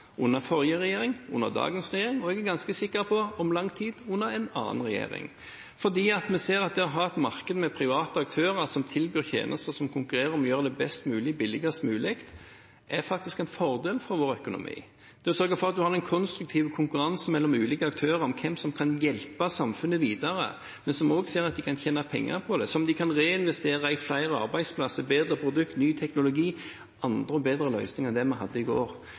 under forrige regjering, under dagens regjering, og jeg er ganske sikker på – om lang tid under en annen regjering. Vi ser at det å ha et marked med private aktører som tilbyr tjenester som konkurrerer om å gjøre det best mulig og billigst mulig, er en fordel for vår økonomi – det å sørge for at man har en konstruktiv konkurranse mellom ulike aktører om hvem som kan hjelpe samfunnet videre, men som ser at de også kan tjene penger på det, som de kan reinvestere i flere arbeidsplasser, bedre produkt, ny teknologi, andre og bedre løsninger enn dem vi hadde i går.